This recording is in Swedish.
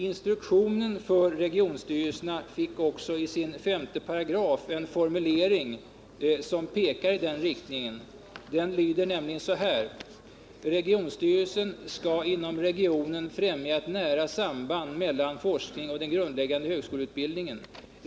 Instruktionen för regionstyrelserna fick också i sin 5 § en formulering som pekar iden riktningen: ”Regionstyrelsen skall inom regionen främja ett nära samband mellan forskning och den grundläggande högskoleutbildningen.